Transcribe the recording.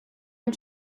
ein